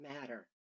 matter